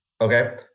Okay